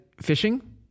fishing